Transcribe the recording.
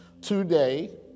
Today